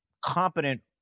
competent